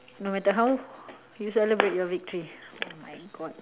no matter how you celebrate your victory oh my god